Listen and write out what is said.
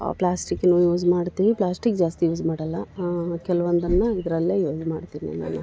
ಪ್ಲಾಸ್ಟಿಕ್ನೂ use ಮಾಡ್ತೀವಿ plastic ಜಾಸ್ತಿ use ಮಾಡೋಲ್ಲ ಕೆಲವೊಂದನ್ನ ಇದರಲ್ಲೆ ಯೂಸ್ ಮಾಡ್ತೀನಿ ನಾನು